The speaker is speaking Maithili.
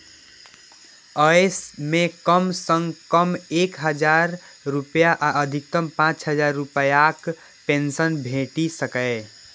अय मे कम सं कम एक हजार रुपैया आ अधिकतम पांच हजार रुपैयाक पेंशन भेटि सकैए